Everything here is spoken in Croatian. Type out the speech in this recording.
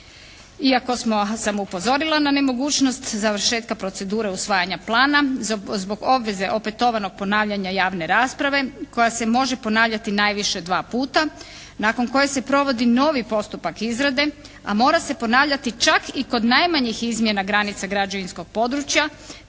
Iako sam samo upozorila na nemogućnost završetka procedure usvajanja plana, zbog obveze opetovanog ponavljanja javne rasprave koja se može ponavljati najviše dva puta, nakon koje se provodi novi postupak izrade, a mora se ponavljati čak i kod najmanjih izmjena granica građevinskog područja